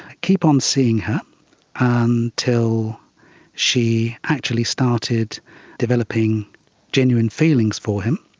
keep on seeing her until she actually started developing genuine feelings for him,